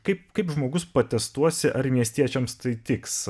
kaip kaip žmogus protestuosi ar miestiečiams tai tiks